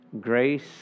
Grace